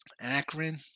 Akron